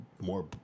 more